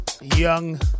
young